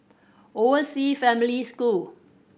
Overseas Family School